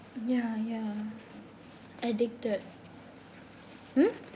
ya ya addicted hmm